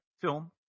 film